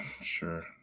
sure